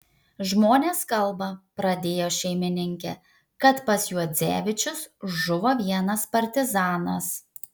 žmonės kalba pradėjo šeimininkė kad pas juodzevičius žuvo vienas partizanas